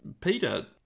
Peter